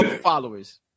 followers